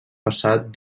passat